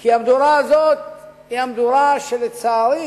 כי המדורה הזו היא המדורה שלצערי